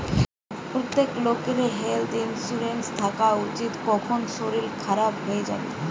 প্রত্যেক লোকেরই health insurance থাকা উচিত, কখন শরীর খারাপ হই যিবে